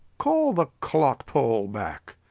call the clotpoll back.